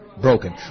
broken